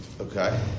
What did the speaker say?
Okay